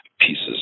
pieces